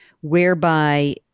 whereby